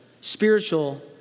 spiritual